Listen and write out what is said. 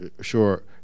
sure